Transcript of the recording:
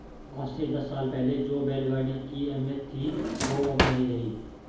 आज से दस साल पहले जो बैल गाड़ी की अहमियत थी वो अब नही रही